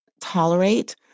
tolerate